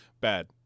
bad